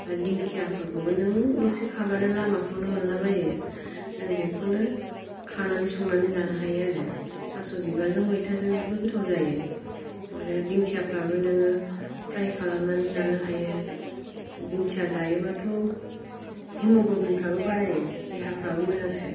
आरो दिंखियिफोरखौबो नों दसे खाब्लानो लामाफ्रावनो मोनलाबायो जों बेखौनो खानानै संनानै जानो हायो आरो थास' बिबारजों मैथाजों जोबोर गोथाव जायो आरो दिंखियाफ्राबो नोङो फ्राय खालामनानै जानो हायो दिंखिया जायोबाथ' हेम'ग्लबिन फ्राबो बारायो देहाफ्राबो मोजांसो